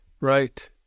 right